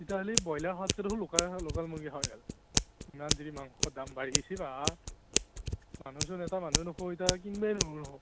তেতিয়াহ'লে ব্ৰইলাৰ খোৱাতচে দেখোন লোকেল লোকেল মুৰ্গী খোৱাই ভাল যিমান যি মাংসৰ দাম বাঢ়িছে বা মানুহচোন এটা মানুহৰ অসুবিধা হৈ কিনিবই নোৱাৰিব